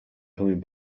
coming